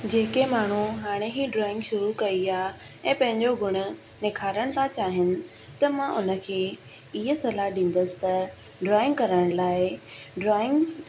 जेके माण्हू हाणे ई ड्रॉइंग शुरू कई आहे ऐं पंहिंजो गुण निखारण था चाहिनि पिया त मां उन खे इहा सलाह ॾींदसि त ड्रॉइंग करण लाइ ड्रॉइंग